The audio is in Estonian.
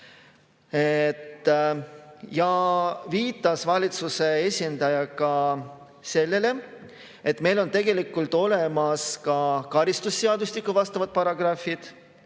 ette näeb. Valitsuse esindaja viitas ka sellele, et meil on tegelikult olemas ka karistusseadustiku vastavad paragrahvid,